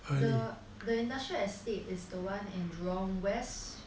the the industrial estate is the one in jurong west